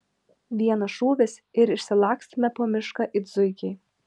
vienas šūvis ir išsilakstome po mišką it zuikiai